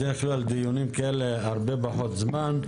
בדרך כלל דיונים כאלה, הרבה פחות זמן.